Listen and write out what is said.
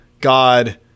God